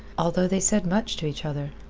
although they said much to each other.